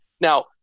Now